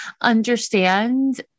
understand